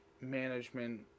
management